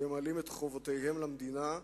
שממלאים את חובותיהם למדינה,